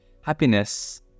happiness